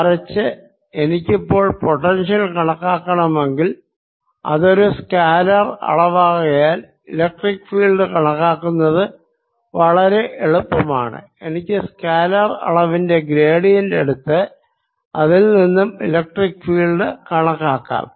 മറിച്ച് എനിക്കിപ്പോൾ പൊട്ടൻഷ്യൽ കണക്കാക്കണമെങ്കിൽ അതൊരു സ്കാലർ അളവാകയാൽ ഇലക്ട്രിക് ഫീൽഡ് കണക്കാക്കുന്നത് വളരെ എളുപ്പമാണ് എനിക്ക് സ്കാലർ അളവിന്റെ ഗ്രേഡിയന്റ് എടുത്ത് അതിൽ നിന്നും ഇലക്ട്രിക്ക് ഫീൽഡ് കണക്കാക്കാം